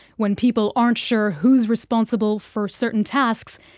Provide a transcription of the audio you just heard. when people aren't sure who is responsible for certain tasks,